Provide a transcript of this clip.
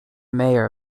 mayor